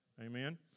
Amen